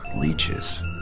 leeches